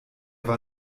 war